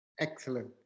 Excellent